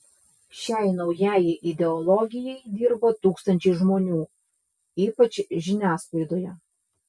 šiai naujajai ideologijai dirba tūkstančiai žmonių ypač žiniasklaidoje